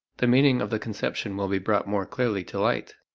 the meaning of the conception will be brought more clearly to light.